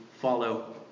follow